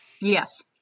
Yes